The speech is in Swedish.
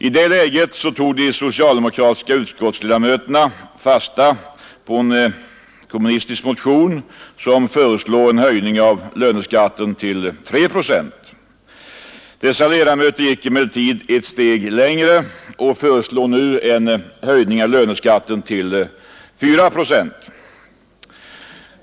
I det läget tog de socialdemokratiska utskottsledamöterna fasta på en kommunistisk motion som föreslår en höjning av löneskatten till 3 procent. Dessa ledamöter gick emellertid ett steg längre och föreslår nu en höjning av löneskatten till 4 procent.